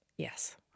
Yes